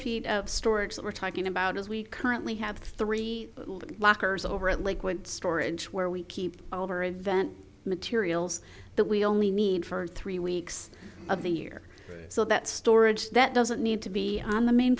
feet of storage that we're talking about as we currently have three lockers over at lakewood storage where we keep over event materials that we only need for three weeks of the year so that storage that doesn't need to be on the main